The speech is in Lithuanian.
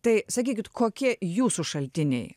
tai sakykit kokie jūsų šaltiniai